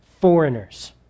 Foreigners